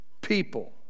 people